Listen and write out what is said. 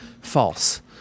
False